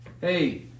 Hey